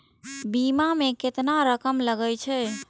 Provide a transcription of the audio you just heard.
बीमा में केतना रकम लगे छै?